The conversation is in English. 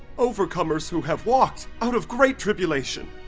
overcomers who have walked out of great tribulation.